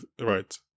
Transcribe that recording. right